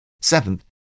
Seventh